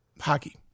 Hockey